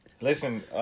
Listen